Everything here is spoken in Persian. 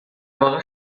واقع